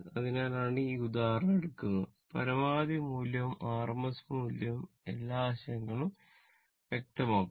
അതിനാലാണ് ഈ ഉദാഹരണം എടുക്കുന്നത് പരമാവധി മൂല്യവും rms മൂല്യവും എല്ലാ ആശയങ്ങളും വ്യക്തമാകും